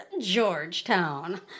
Georgetown